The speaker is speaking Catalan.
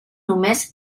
només